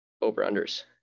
over-unders